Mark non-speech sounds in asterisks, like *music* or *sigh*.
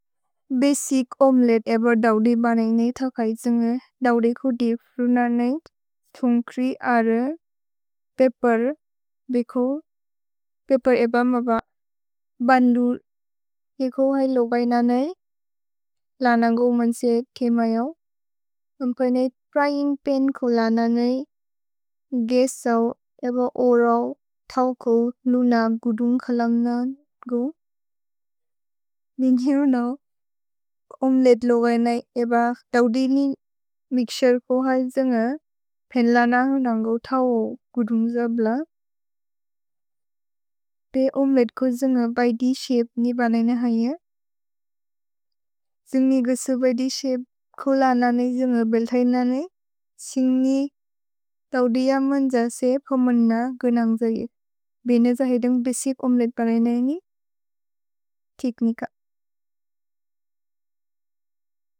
भसिच् omelette एब दव्दे बनेन्ग् ने थकै त्सन्गे दव्दे को दीप् रुन ने। थुन्ग्क्रि अरेर्। पेप्पेर्। भेको। पेप्पेर् एब मब। भन्दु। एको है लोगै न ने। लन न्गो मन्से केमयो। अम्पे ने फ्र्यिन्ग् पन् को लन ने। गेसव् एब ओरओ। थओ को लुन गुदुन्ग् हलन्ग् न न्गो। मिन्यो न ओमेलेत्ते लोगै न एब दव्दि नि मिक्शेर् को है त्सन्गे पन् लन न्गो थओ गुदुन्ग् जब्ल। *hesitation* पे ओमेलेत्ते को त्सन्गे ब्य् द् शपे नि बनेने हैय। थुन्ग्क्रि गेसव् ब्य् द् शपे को लन ने, त्सन्गे बेल्थै न ने। सिन्गि। दव्दिय मन्ज द् शपे होमन गुनन्ग्जगि। भेने जहेदन्ग् बसिच् ओमेलेत्ते बनेने हैनि। तिक्निक।